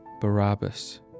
Barabbas